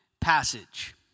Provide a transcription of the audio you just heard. passage